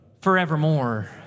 forevermore